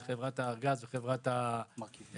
זה חברת הארגז וחברת מרכבים.